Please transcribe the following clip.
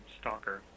stalker